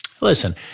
Listen